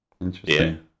Interesting